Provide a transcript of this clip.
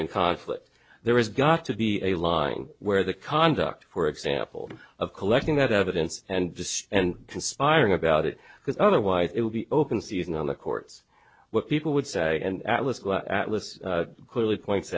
in conflict there is got to be a line where the conduct for example of collecting that evidence and and conspiring about it because otherwise it would be open season on the courts what people would say and atlas clearly points